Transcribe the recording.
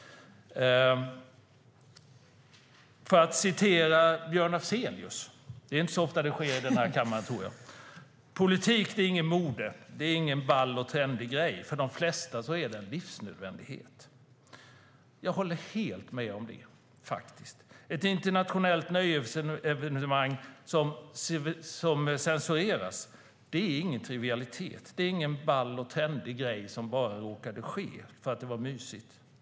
Jag ska referera vad Björn Afzelius har sagt. Jag tror inte att det sker så ofta i denna kammare. Han har sagt: Politik är inget mode. Det är ingen ball och trendig grej. För de flesta är det en livsnödvändighet. Jag håller helt med om detta. Ett internationellt nöjesevenemang som censureras är ingen trivialitet. Det är ingen ball och trendig grej som bara råkade ske för att det var mysigt.